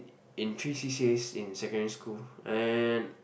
in three c_c_as in secondary school